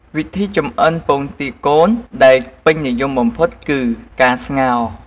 វិធីចម្អិនពងទាកូនដែលពេញនិយមបំផុត គឺ ការស្ងោរ។